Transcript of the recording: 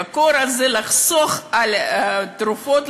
בקור הזה לחסוך בתרופות,